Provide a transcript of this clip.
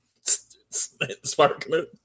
Sparkling